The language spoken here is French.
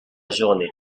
journée